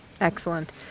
Excellent